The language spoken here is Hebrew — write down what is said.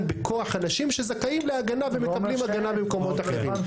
בכוח אנשים שזכאים להגנה ומקבלים הגנה במקומות אחרים,